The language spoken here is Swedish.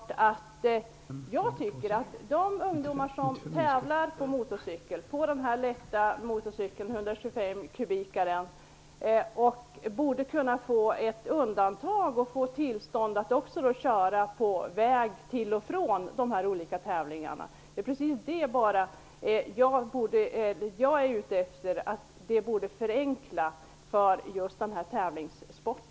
Jag tycker att de ungdomar som tävlar på lätta motorcyklar, 125-kubikare, borde kunna undantas och få tillstånd att också köra på väg till och från de olika tävlingarna. Det borde förenkla för just denna tävlingssport.